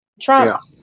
Trump